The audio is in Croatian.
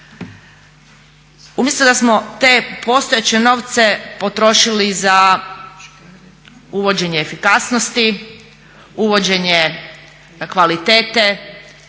umjesto da smo te postojeće novce potrošili za uvođenje efikasnosti, uvođenje kvalitete,